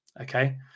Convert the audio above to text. okay